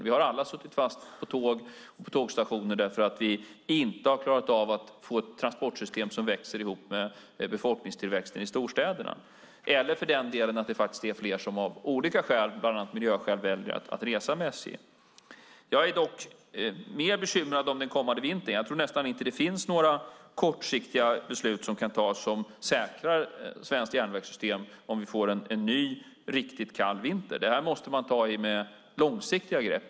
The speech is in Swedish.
Alla har vi suttit fast på tåg och tågstationer därför att vi inte klarat av att få ett transportsystem som växer ihop med befolkningstillväxten i storstäderna eller för delen därför att det faktiskt är fler som av olika skäl, bland annat miljöskäl, väljer att resa med SJ. Jag är dock mer bekymrad över den kommande vintern. Jag tror att det nästan inte finns några kortsiktiga beslut att fatta som säkrar svenskt järnvägssystem om vi får en till riktigt kall vinter. Här måste man ta mer långsiktiga grepp.